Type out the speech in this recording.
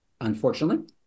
unfortunately